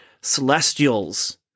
Celestials